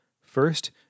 first